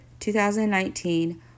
2019